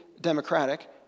Democratic